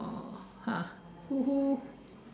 oh !huh! !woohoo!